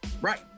right